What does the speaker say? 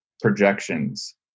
projections